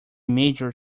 major